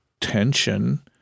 tension